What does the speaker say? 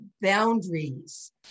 boundaries